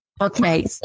Okay